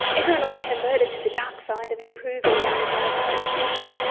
everyone will be converted to the dark side of improving young driver road safety,